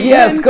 Yes